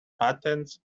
patents